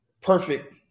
Perfect